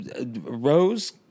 Rose